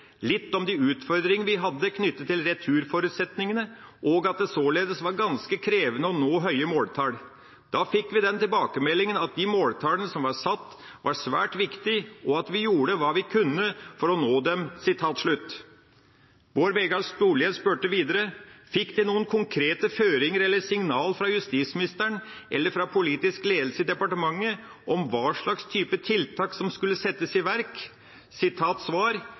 litt om de utfordringene vi hadde knyttet til returforutsetningene, og at det således var ganske krevende å nå høye måltall. Da fikk vi den tilbakemeldingen at de måltallene som var satt, var svært viktige, og at vi gjorde hva vi kunne for å nå dem.» Bård Vegar Solhjell spurte videre: «Fekk de nokre konkrete føringar eller signal frå justisministeren eller frå politisk leiing i departementet om kva slags type tiltak som skulle setjast i verk?»